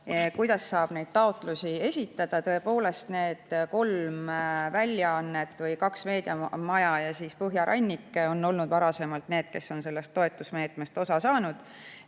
kuidas saab taotlusi esitada. Tõepoolest, need kolm väljaannet või kaks meediamaja ja Põhjarannik on olnud varasemalt need, kes on sellest toetusmeetmest osa saanud.